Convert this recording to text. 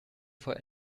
for